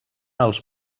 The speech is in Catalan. els